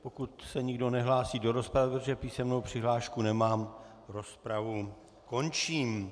Pokud se nikdo nehlásí do rozpravy, protože písemnou přihlášku nemám, rozpravu končím.